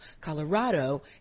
Colorado